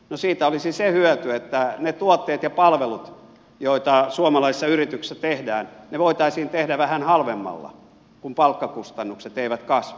no siitä olisi se hyöty että ne tuotteet ja palvelut joita suomalaisissa yrityksissä tehdään voitaisiin tehdä vähän halvemmalla kun palkkakustannukset eivät kasva